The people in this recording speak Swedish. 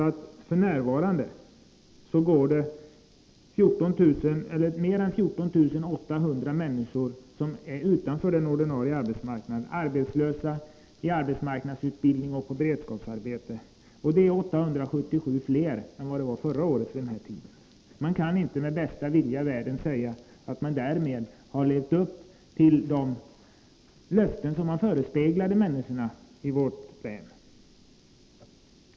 Det innebär att det f. n. står mer än 14 800 människor utanför den ordinarie arbetsmarknaden: arbetslösa, i arbetsmarknadsutbildning och i beredskapsarbete. Det är 877 fler än förra året vid den här tiden. Man kan inte med bästa vilja i världen säga att man därmed har infriat de löften man gav människorna i vårt län.